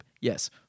Yes